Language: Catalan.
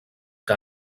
que